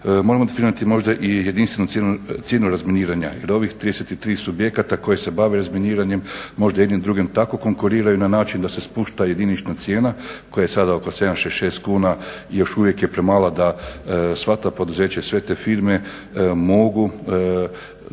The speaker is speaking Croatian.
moramo definirati možda i jedinstvenu cijenu razminiranja jer ovih 33 subjekata koji se bave razminiranjem možda jedni drugim tako konkuriraju na način da se spušta jedinična cijena koja je sada oko 7,66 kuna i još uvijek je premala da sva ta poduzeća i sve te firme mogu